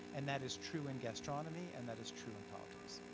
and that is true in gastronomy and that is true in politics.